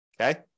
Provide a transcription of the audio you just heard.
Okay